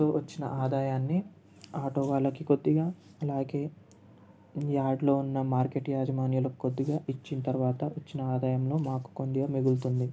తో వచ్చిన ఆదాయాన్ని ఆటో వాళ్ళకి కొద్దిగా అలాగే యార్డ్లో ఉన్న మార్కెట్ యజమాన్యాలకి కొద్దిగా ఇచ్చిన తరువాత వచ్చిన ఆదాయంలో మాకు కొద్దిగా మిగులుతుంది